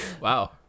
Wow